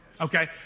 Okay